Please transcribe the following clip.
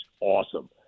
awesome